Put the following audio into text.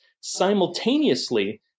Simultaneously